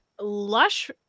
lush